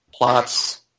Plots